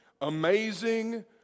amazing